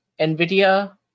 Nvidia